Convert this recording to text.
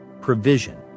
provision